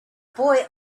boy